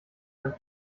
einen